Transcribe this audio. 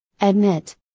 Admit